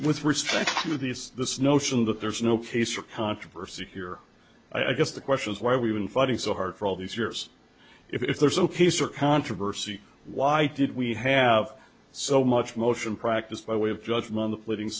with respect to these this notion that there's no case or controversy here i guess the question is why we've been fighting so hard for all these years if there's no peace or controversy why did we have so much motion practice by way of judgment of living